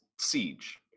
Siege